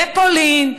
בפולין,